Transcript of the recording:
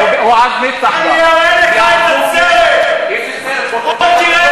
ואני אראה לך גם את התמונות שאני צילמתי.